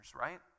right